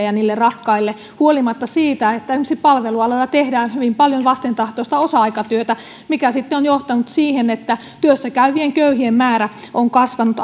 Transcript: ja niille rakkaille huolimatta siitä että esimerkiksi palvelualoilla tehdään hyvin paljon vastentahtoista osa aikatyötä mikä sitten on johtanut siihen että työssä käyvien köyhien määrä on kasvanut